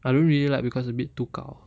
I don't really like because a bit too gao